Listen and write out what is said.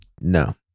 No